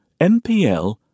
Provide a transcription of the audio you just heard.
MPL